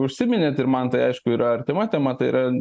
užsiminėt ir man tai aišku yra artima tema tai yra